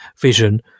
vision